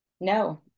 no